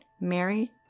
Mary